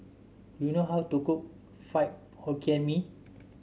do you know how to cook Fried Hokkien Mee